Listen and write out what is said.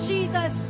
Jesus